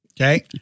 Okay